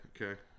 Okay